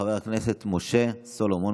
חבר הכנסת משה סלומון,